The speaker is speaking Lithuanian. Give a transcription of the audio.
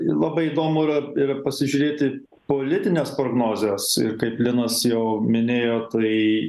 labai įdomu yra yra pasižiūrėti politines prognozes ir kaip linas jau minėjo tai